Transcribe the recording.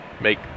make